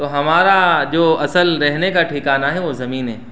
تو ہمارا جو اصل رہنے کا ٹھکانا ہے وہ زمین ہے